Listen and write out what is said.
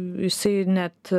jisai net